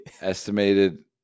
Estimated